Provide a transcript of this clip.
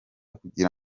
kugira